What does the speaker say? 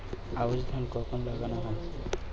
আউশ ধান কখন লাগানো হয়?